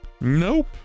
Nope